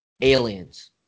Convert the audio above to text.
Aliens